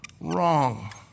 wrong